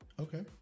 okay